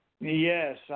Yes